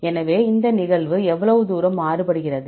எனவே இந்த நிகழ்வு எவ்வளவு தூரம் மாறுபடுகிறது